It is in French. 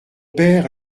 père